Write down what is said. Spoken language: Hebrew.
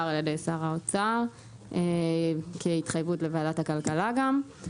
על ידי שר האוצר כהתחייבות לוועדת הכלכלה גם.